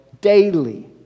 daily